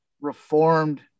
reformed